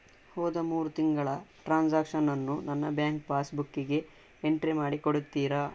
ಹೋದ ಮೂರು ತಿಂಗಳ ಟ್ರಾನ್ಸಾಕ್ಷನನ್ನು ನನ್ನ ಬ್ಯಾಂಕ್ ಪಾಸ್ ಬುಕ್ಕಿಗೆ ಎಂಟ್ರಿ ಮಾಡಿ ಕೊಡುತ್ತೀರಾ?